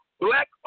black